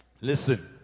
Listen